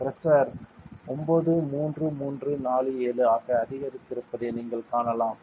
pressure 93347 ஆக அதிகரித்திருப்பதை நீங்கள் காணலாம்